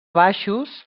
baixos